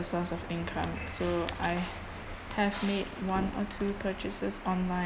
source of income so I have made one or two purchases online